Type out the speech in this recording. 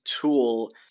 tool